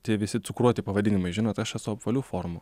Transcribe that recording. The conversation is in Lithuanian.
tie visi cukruoti pavadinimai žinot aš esu apvalių formų